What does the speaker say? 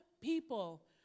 people